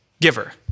giver